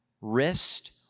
wrist